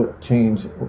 change